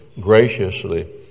graciously